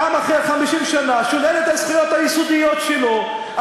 שולל את הזכויות היסודיות שלו,